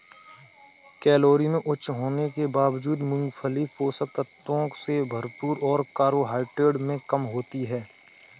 calorie में उच्च होने के बावजूद, मूंगफली पोषक तत्वों से भरपूर और कार्बोहाइड्रेट में कम होती है